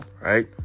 right